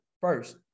first